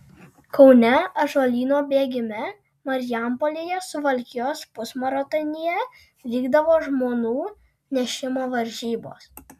kaune ąžuolyno bėgime marijampolėje suvalkijos pusmaratonyje vykdavo žmonų nešimo varžybos